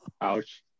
Ouch